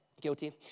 Guilty